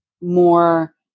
more